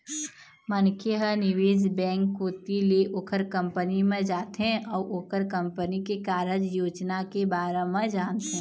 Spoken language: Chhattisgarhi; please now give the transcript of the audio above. मनखे ह निवेश बेंक कोती ले ओखर कंपनी म जाथे अउ ओखर कंपनी के कारज योजना के बारे म जानथे